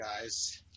guys